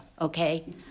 okay